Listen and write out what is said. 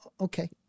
Okay